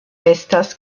estas